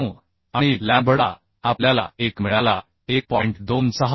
49 आणि लॅम्बडा आपल्याला 1 मिळाला 1